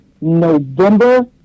November